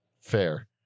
Fair